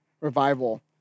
revival